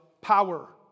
power